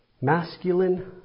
Masculine